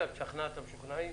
את משכנעת את המשוכנעים?